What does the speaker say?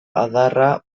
adarra